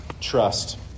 trust